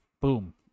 boom